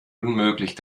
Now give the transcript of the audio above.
unmöglich